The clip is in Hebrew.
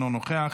אינו נוכח,